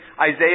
Isaiah